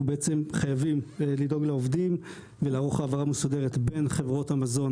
חייבים לדאוג לעובדים ולערוך הבהרה מסודרת בין חברות המזון